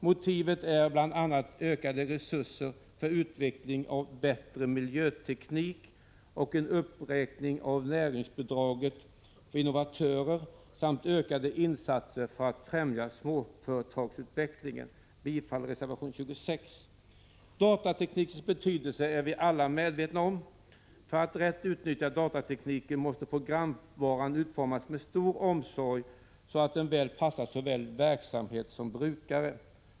Motivet är bl.a. att möjliggöra ökade resurser för utveckling av bättre miljöteknik och en uppräkning av näringsbidraget för innovatörer samt för ökade insatser för att främja småföretagsutvecklingen. Jag yrkar bifall till reservation 26. Datateknikens betydelse är vi alla medvetna om. För att rätt utnyttja datatekniken måste programvaran utformas med stor omsorg, så att den väl passar såväl verksamhet som brukare.